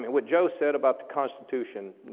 what joe said about the constitution,